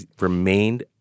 remained